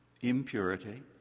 impurity